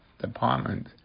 department